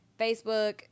Facebook